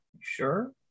Sure